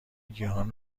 گیاهان